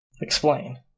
Explain